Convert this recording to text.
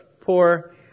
poor